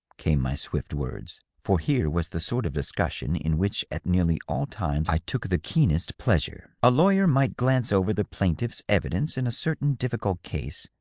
came my swift words, for here was the sort of discussion in which at nearly all times i took the keenest pleasure. a lawyer might glance over the plaintiff's evidence in a certain difficult case,